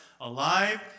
alive